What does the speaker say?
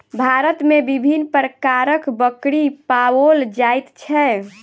भारत मे विभिन्न प्रकारक बकरी पाओल जाइत छै